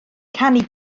canu